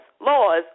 laws